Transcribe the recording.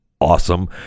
awesome